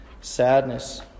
sadness